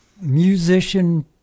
musician